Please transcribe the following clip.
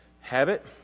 habit